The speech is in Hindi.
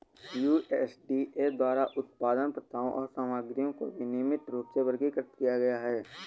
यू.एस.डी.ए द्वारा उत्पादन प्रथाओं और सामग्रियों को विनियमित रूप में वर्गीकृत किया गया है